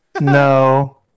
No